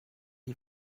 die